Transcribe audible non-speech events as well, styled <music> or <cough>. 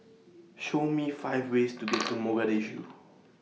Show Me five ways to <noise> get to Mogadishu